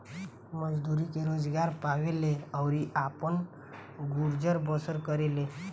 मजदूरी के रोजगार पावेले अउरी आपन गुजर बसर करेले